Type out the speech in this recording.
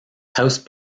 house